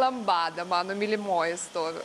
lambada mano mylimoji stovi